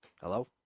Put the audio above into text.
Hello